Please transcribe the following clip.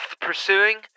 pursuing